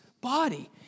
body